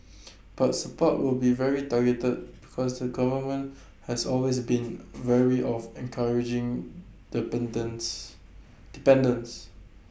but support will be very targeted because the government has always been wary of encouraging dependence dependence